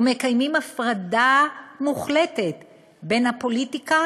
ומקיימים הפרדה מוחלטת בין הפוליטיקה